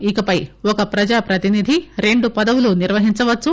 ఇకపై ఒక ప్రజాప్రతినిధి రెండు పదవులను నిర్వహించవచ్చు